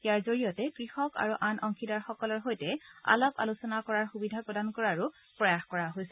ইয়াৰ জৰিয়তে কৃষক আৰু আন অংশীদাৰসকলৰ সৈতে আলাপ আলোচনা কৰাৰ সূবিধা প্ৰদান কৰাৰো প্ৰয়াস কৰা হৈছে